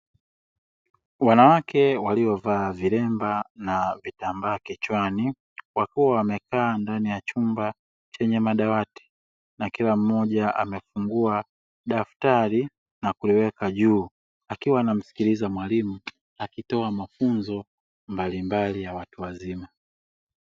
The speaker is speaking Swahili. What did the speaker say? Wanawake waliovaa viremba na vitambaa kichwani akiwa wamekaa ndani ya chumba chenye madawati na kila mmoja akiwa amefungua daftari na kuliweka juu, akiwa anamsikiliza mwalimu akitoa mafunzo mbalimbali ya watu wazima.